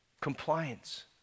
compliance